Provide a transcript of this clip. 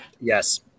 Yes